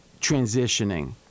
transitioning